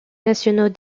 nationaux